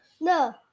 No